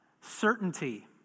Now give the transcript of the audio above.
certainty